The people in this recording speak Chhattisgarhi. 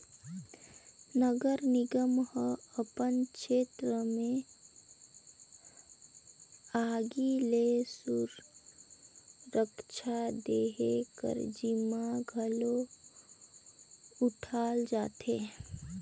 नगर निगम ह अपन छेत्र में आगी ले सुरक्छा देहे कर जिम्मा घलो उठाल जाथे